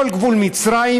כל גבול מצרים,